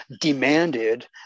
demanded